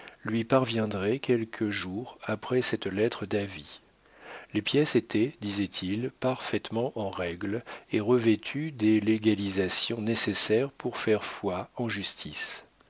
lui parviendraient quelques jours après cette lettre d'avis les pièces étaient disait-il parfaitement en règle et revêtues des légalisations nécessaires pour faire foi en justice